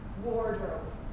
wardrobe